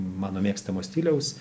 mano mėgstamo stiliaus